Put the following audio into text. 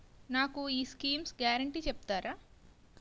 నాకు ఈ schemes guarantee చెప్తారా?